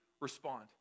respond